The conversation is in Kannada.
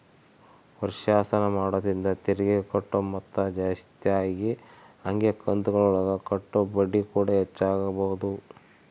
ವರ್ಷಾಶನ ಮಾಡೊದ್ರಿಂದ ತೆರಿಗೆಗೆ ಕಟ್ಟೊ ಮೊತ್ತ ಜಾಸ್ತಗಿ ಹಂಗೆ ಕಂತುಗುಳಗ ಕಟ್ಟೊ ಬಡ್ಡಿಕೂಡ ಹೆಚ್ಚಾಗಬೊದು